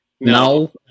No